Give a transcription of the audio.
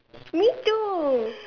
me too